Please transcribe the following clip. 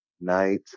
night